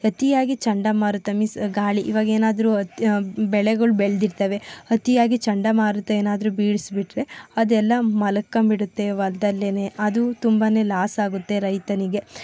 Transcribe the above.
ಅತಿಯಾಗಿ ಚಂಡಮಾರುತ ಮೀಸ್ ಗಾಳಿ ಇವಾಗ ಏನಾದರೂ ಅತ್ಯ ಬೆಳೆಗಳು ಬೆಳೆದಿರ್ತವೆ ಅತಿಯಾಗಿ ಚಂಡಮಾರುತ ಏನಾದರೂ ಬೀಳಿಸಿಬಿಟ್ರೆ ಅದೆಲ್ಲ ಮಲ್ಕೊಂಡ್ಬಿಡುತ್ತೆ ಹೊಲ್ದಲ್ಲೇನೆ ಅದು ತುಂಬನೇ ಲಾಸ್ ಆಗುತ್ತೆ ರೈತನಿಗೆ